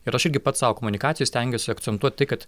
ir aš irgi pats savo komunikacijoj stengiuosi akcentuot tai kad